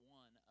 one